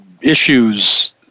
issues